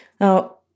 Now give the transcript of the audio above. Now